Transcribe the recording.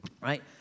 right